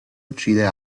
uccide